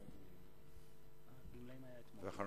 חבר הכנסת חסון.